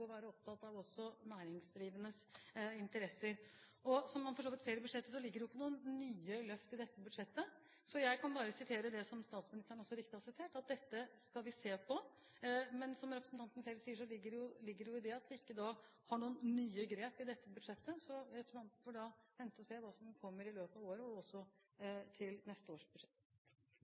så vidt ser i budsjettet, ligger det ikke noen nye løft i det. Så jeg kan bare si det samme som statsministeren så riktig sa, at dette skal vi se på. Men som representanten selv sier, ligger det i det at vi ikke har tatt noen nye grep i dette budsjettet. Så representanten får vente og se hva som kommer i løpet av året og i neste års budsjett.